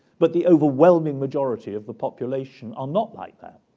but the overwhelming majority of the population are not like that.